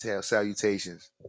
salutations